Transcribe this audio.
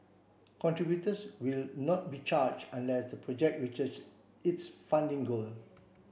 contributors will not be charge unless the project reaches its funding goal